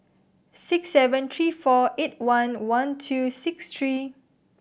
six seven three four eight one one two six three